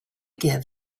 give